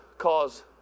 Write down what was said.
cause